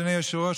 אדוני היושב-ראש,